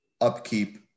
Upkeep